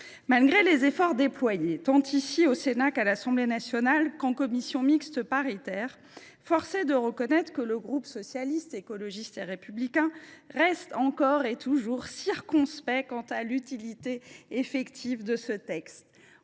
Malgré les efforts déployés, tant ici, au Sénat, qu’à l’Assemblée nationale ou en commission mixte paritaire, force est de constater que le groupe Socialiste, Écologiste et Républicain reste encore et toujours circonspect quant à l’utilité de ce texte.